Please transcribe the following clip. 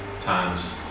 times